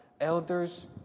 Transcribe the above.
elders